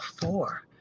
four